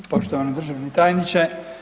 Poštovani državni tajniče.